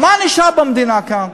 מה נשאר במדינה כאן?